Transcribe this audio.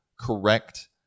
correct